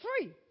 free